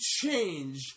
change